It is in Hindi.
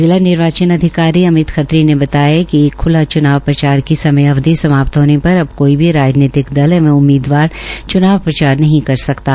जिला निर्वाचन अधिकारी अमित खत्री ने बताया कि ख्ला च्नाव प्रचार की समय अवधि समाप्त होने पर अब कोई भी राजनीतिक दल एवं उम्मीदवार चुनाव प्रचार नहीं सकता है